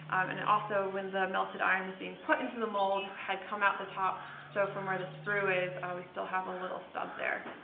and it also when the melted iron was being put into the mold had come out the top, so from where the sprue is, we still have a little stub there.